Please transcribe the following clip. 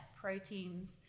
proteins